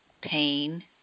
pain